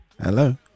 hello